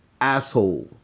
asshole